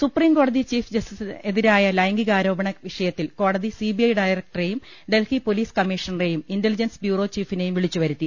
supreme കോടതി chief ജസ്റ്റിസിനെതിരായ ലൈംഗികാരോപണ വിഷയത്തിൽ കോടതി സിബിഐ ഡയറക്ടറെയും ഡൽഹി പൊലീസ് കമ്മീഷണറെയും ഇന്റലിജൻസ് ബ്യൂറോ ചീഫിനെയും വിളിച്ചു വരുത്തി